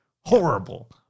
Horrible